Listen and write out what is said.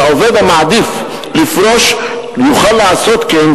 ועובד המעדיף לפרוש יוכל לעשות כן,